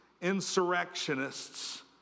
insurrectionists